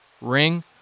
ring